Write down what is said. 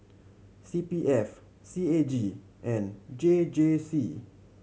C P F C A G and J J C